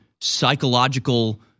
psychological